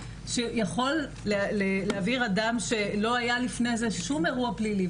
שיכול להעביר אדם שלא היה לפני זה שום אירוע פלילי,